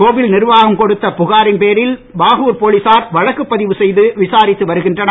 கோவில் நிர்வாகம் கொடுத்த புகாரின் பேரில் பாகூர் போலீசார் வழக்குப் பதிவு செய்து விசாரித்து வருகின்றனர்